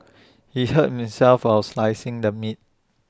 he hurt himself while slicing the meat